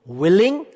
willing